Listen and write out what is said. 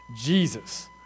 Jesus